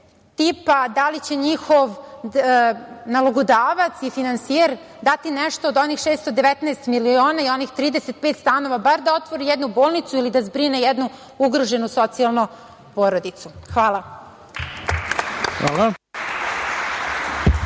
tipa da li će njihov nalogodavac i finansijer dati nešto od onih 619 miliona i od onih 35 stanova, bar da otvori jednu bolnicu ili da zbrine jednu ugroženo socijalnu porodicu. Hvala. **Ivica